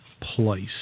place